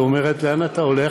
ואומרת: לאן אתה הולך,